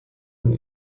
und